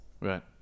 Right